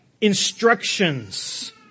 instructions